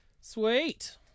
sweet